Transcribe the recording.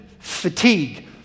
fatigue